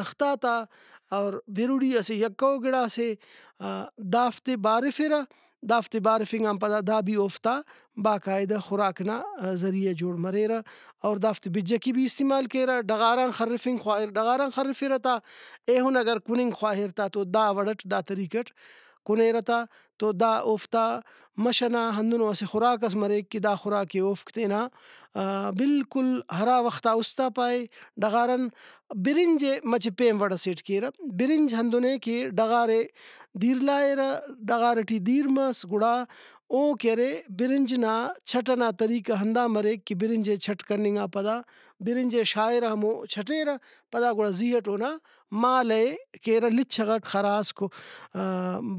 رختاتا اور بِرُڑی اسہ یکہ او گڑاسے دافتے بارِفرہ دافتے بارِفنگان پدا دا بھی اوفتا باقاعدہ خوراک نا ذریعہ جوڑ مریرہ اور دافتے بِج ئکے بھی استعمال کیرہ ڈغاران خرفنگ خواہر ڈغاران خرفرہ تا ایہن اگر کُننگ خواہر تا تو دا وڑٹ دا طریقٹ کُنیرہ تا تو اوفتا مَش ئنا ہندنو اسہ خوراک ئس مریک کہ دا خوراکے اوفک تینا بالکل ہرا وختا اُستا پائے ڈغاران برنجے مچہ پین وڑ سیٹ کیرہ برنج ہندنے کہ ڈغارے دِیر لائیرہ ڈغار ٹی دِیر مس گڑا او کہ ارے برنج نا چھٹ ئنا طریقہ ہندا مریک کہ برنجے چھٹ کننگا پدا برنجے شاغرہ ہمو چھٹیرہ پدا گڑا زی اٹ اونا مالہ ئے کیرہ لچغ اٹ خراسکو